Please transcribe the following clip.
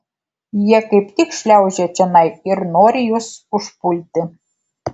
jie kaip tik šliaužia čionai ir nori jus užpulti